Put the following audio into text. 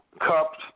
cups